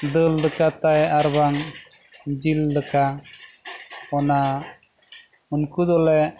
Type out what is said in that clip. ᱫᱟᱹᱞ ᱫᱟᱠᱟᱛᱮ ᱟᱨᱵᱟᱝ ᱡᱤᱞ ᱫᱟᱠᱟ ᱚᱱᱟ ᱩᱱᱠᱩ ᱫᱚᱞᱮ